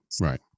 Right